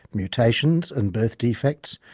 mutations and birth defects,